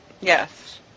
Yes